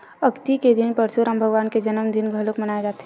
अक्ती के दिन परसुराम भगवान के जनमदिन घलोक मनाए जाथे